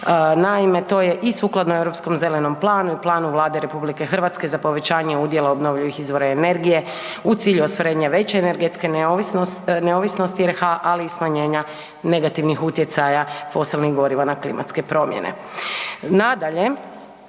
Naime, to je i sukladno Europskom zelenom planu i planu Vlade RH za povećanje udjela obnovljivih izvora energije u cilju ostvarenja veće energetske neovisnosti RH, ali i smanjenja negativnih utjecaja fosilnih goriva na klimatske promjene.